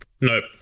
Nope